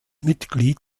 mitglied